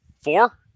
Four